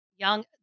Young